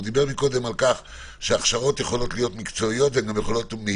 הוא דיבר קודם על כך שהכשרות יכולות להיות מקצועיות ומהירות,